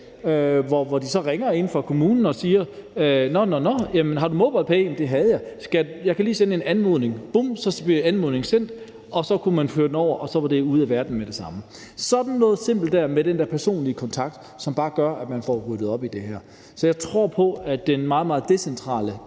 hvor de så ringer inde fra kommunen og siger: Nå, har du MobilePay? Det havde jeg. Så siger de, at de lige kan sende en anmodning, og bum, så bliver anmodningen sendt, så kan man overføre beløbet, og så er det ude af verden med det samme. Der er noget sådan simpelt med den der personlige kontakt, som bare gør, at man får ryddet op i det her. Så jeg tror på den meget, meget decentrale